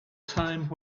time